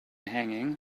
hanging